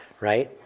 right